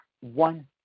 one